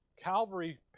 Calvary